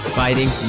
fighting